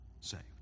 saved